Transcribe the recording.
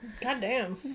Goddamn